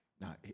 Now